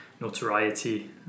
notoriety